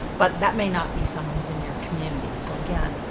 but that may not be someone who's in your community. so again,